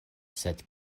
sed